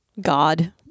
god